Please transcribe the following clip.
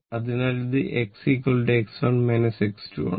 അതിനാൽ അത് X X1 X2 ആണ്